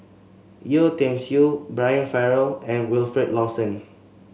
Yeo Tiam Siew Brian Farrell and Wilfed Lawson